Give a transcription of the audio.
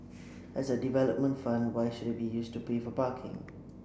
as a development fund why should it be used to pay for parking